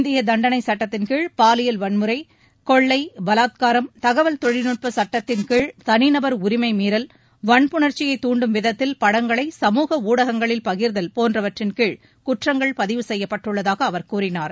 இந்திய தண்டனைச் சுட்டத்தின்கீழ் பாலியல் வன்முறை கொள்ளை பலாத்காரம் தகவல் தொழில்நுட்பச் சட்டத்தின்கீழ் தனிநபர் உரிமைமீறல் வன்புணர்ச்சியை துண்டும் விதத்தில் படங்களை சமூக ஊடகங்களில் பகிர்தல் போன்றவற்றின்கீழ் குற்றங்கள் பதிவு செய்யப்பட்டுள்ளதாக அவர் கூறினார்